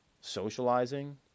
socializing